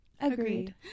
Agreed